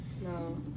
No